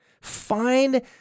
find